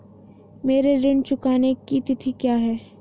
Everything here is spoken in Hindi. मेरे ऋण चुकाने की तिथि क्या है?